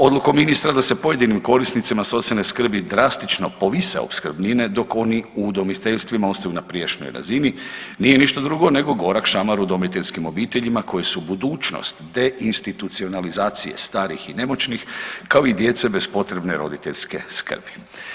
Odlukom ministra da se pojedinim korisnicima socijalne skrbi drastično povise opskrbnine dok oni u udomiteljstvima ostaju na prijašnjoj razini nije ništa drugo nego gorak šamar udomiteljskim obiteljima koji su budućnost te institucionalizacije starih i nemoćnih kao i djece bez potrebne roditeljske skrbi.